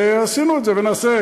עשינו את זה, ונעשה.